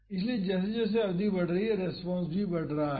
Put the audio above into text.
इसलिए जैसे जैसे अवधि बढ़ रही है रेस्पॉन्स भी बढ़ रहा है